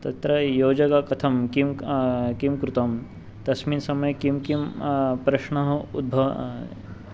तत्र योजनां कथं किं किं कृतं तस्मिन् समये किं किं प्रश्नः उद्भवः